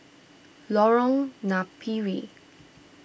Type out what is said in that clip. Lorong Napiri